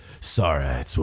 Sorry